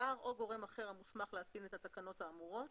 השר או גורם אחר המוסמך להתקין את התקנות האמורות